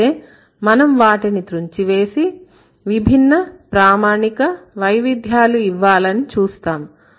అయితే మనం వాటిని తుంచివేసి విభిన్న ప్రామాణిక వైవిధ్యాలు ఇవ్వాలని చూస్తాము